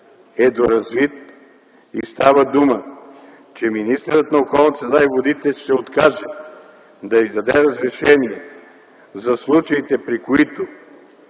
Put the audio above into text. е доразвит и става дума, че министърът на околната среда и водите ще откаже да издаде разрешение за случаите, при които